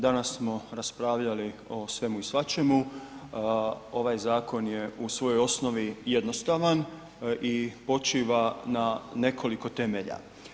Danas smo raspravljali o svemu i svačemu, ovaj zakon u svojoj osnovi jednostavan i počiva na nekoliko temelja.